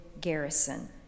garrison